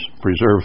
preserve